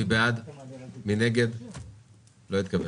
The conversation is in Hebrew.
היום בתקנות של רשות המיסים קיים עיוות שלא תוקן במשך הרבה מאוד זמן.